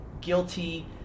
guilty